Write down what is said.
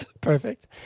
Perfect